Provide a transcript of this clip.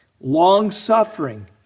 long-suffering